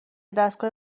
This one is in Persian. دستگاه